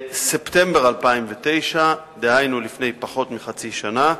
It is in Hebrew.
בספטמבר 2009, דהיינו לפני פחות מחצי שנה,